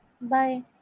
Bye